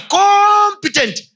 competent